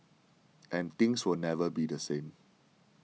and things will never be the same